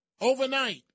overnight